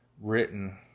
written